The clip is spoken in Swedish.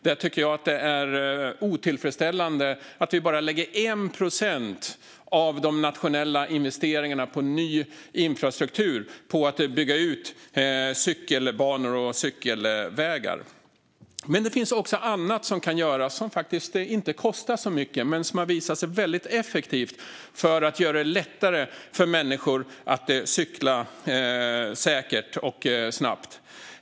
Jag tycker att det är otillfredsställande att vi bara lägger 1 procent av de nationella investeringarna för ny infrastruktur på att bygga ut cykelbanor och cykelvägar. Men det finns också annat som kan göras som faktiskt inte kostar så mycket men som har visat sig vara väldigt effektivt för att göra det lättare för människor att cykla säkert och snabbt.